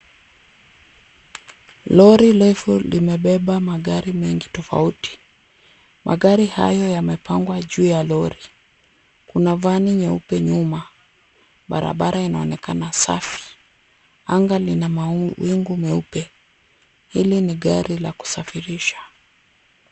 Lori refu limebeba magari mengi tofauti. Magari hayo yamepangwa juu ya lori. Kuna vani nyeupe nyuma. Barabara inaonekana safi. Anga lina mawingu meupe. Hili ni gari la kusafirisha.